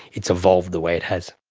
it's evolved the way it has.